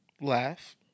Laugh